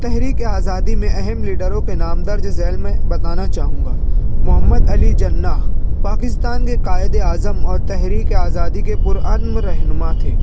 تحریکِ آزادی میں اہم لیڈروں کے نام درج ذیل میں بتانا چاہوں گا محمد علی جناح پاکستان کے قائد اعظم اورتحریکِ آزادی کے پر امن رہنما تھے